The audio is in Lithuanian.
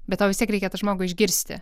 bet tau vis tiek reikia tą žmogų išgirsti